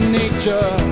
nature